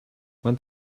man